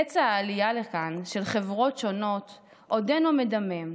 פצע העלייה לכאן של חברות שונות עודנו מדמם,